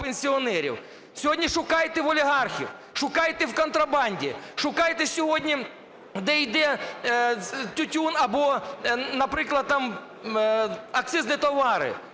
Сьогодні шукайте в олігархів, шукайте в контрабанді, шукайте сьогодні, де йде тютюн або, наприклад, там акцизні товари.